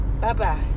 Bye-bye